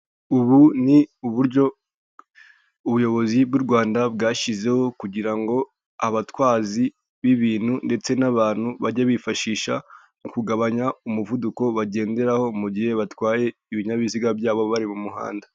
Ubu ni uburyo ubuyobozi bw'u Rwanda bwashyizeho kugira ngo abatwazi b'ibintu ndetse n'abantu bajye bifashisha mu kugabanya umuvuduko bagenderaho mu gihe batwaye ibinyabiziga byabo bari mu muhanda.